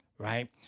right